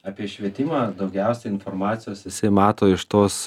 apie švietimą daugiausiai informacijos visi mato iš tos